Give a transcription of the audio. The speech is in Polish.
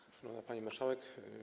Szanowna Pani Marszałek!